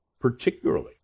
particularly